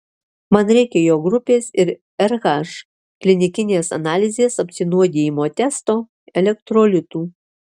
man reikia jo grupės ir rh klinikinės analizės apsinuodijimo testo elektrolitų